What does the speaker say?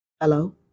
Hello